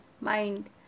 mind